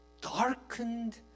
darkened